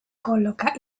colloca